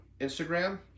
Instagram